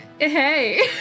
Hey